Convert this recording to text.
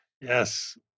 Yes